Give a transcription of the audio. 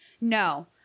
No